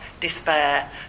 despair